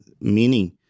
meaning